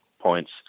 Points